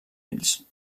ells